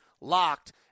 LOCKED